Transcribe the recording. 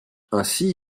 ainsi